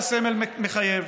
והסמל מחייב.